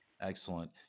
Excellent